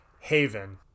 Haven